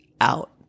out